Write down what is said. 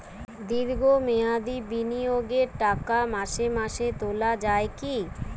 দীর্ঘ মেয়াদি বিনিয়োগের টাকা মাসে মাসে তোলা যায় কি?